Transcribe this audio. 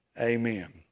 amen